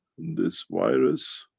this virus